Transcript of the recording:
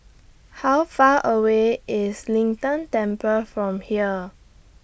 How Far away IS Lin Tan Temple from here